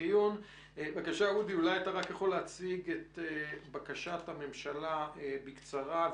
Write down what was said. אולי אתה יכול להציג את בקשת הממשלה בקצרה,